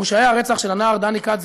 מורשעי הרצח של הנער דני כץ,